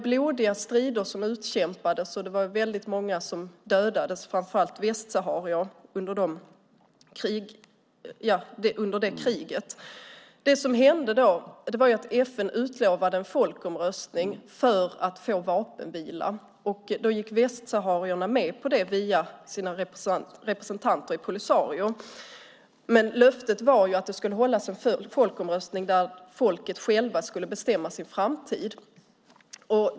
Blodiga strider utkämpades, och många dödades, framför allt västsaharier, under det kriget. FN utlovade då en folkomröstning för att få vapenvila. Västsaharierna gick med på det via sina representanter i Polisario. Löftet var att det skulle hållas en folkomröstning där folket självt skulle bestämma sin framtid.